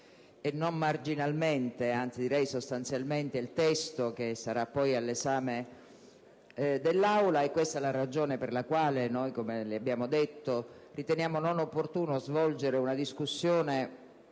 e non marginalmente, anzi direi sostanzialmente – il testo che sara poi all’esame dell’Aula. E[]questa la ragione per la quale noi riteniamo non opportuno svolgere una discussione